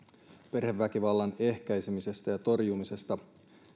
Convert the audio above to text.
perheväkivallan ehkäisemisestä ja torjumisesta